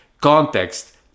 context